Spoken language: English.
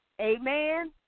Amen